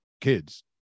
kids